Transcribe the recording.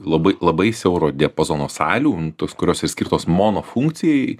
labai labai siauro diapazono salių tos kurios ir skirtos mono funkcijai